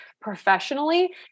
professionally